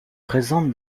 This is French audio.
présente